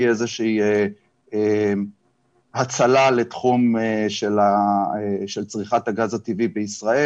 איזה שהיא הצלה לתחום של צריכת הגז הטבעי בישראל.